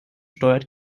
steuert